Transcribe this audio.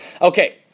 Okay